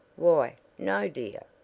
why, no, dear,